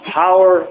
power